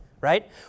Right